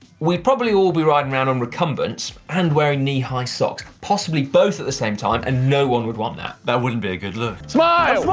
we'd probably all be riding around on recumbents, and wearing knee-high socks. possibly both at the same time and no one would want that. that wouldn't be a good look. smile!